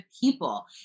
people